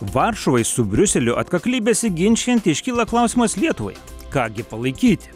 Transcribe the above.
varšuvai su briuseliu atkakliai besiginčijant iškyla klausimas lietuvai ką gi palaikyti